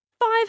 five